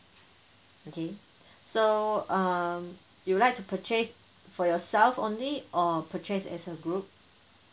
okay so um you would like to purchase for yourself only or purchase as a group